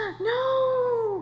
No